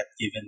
given